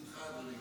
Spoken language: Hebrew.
סליחה, אדוני.